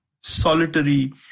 solitary